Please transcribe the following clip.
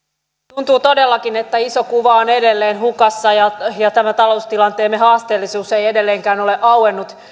tuntuu todellakin että iso kuva on edelleen hukassa ja ja tämä taloustilanteemme haasteellisuus ei edelleenkään ole auennut